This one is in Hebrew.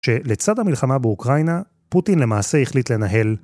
שלצד המלחמה באוקראינה, פוטין למעשה החליט לנהל.